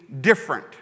different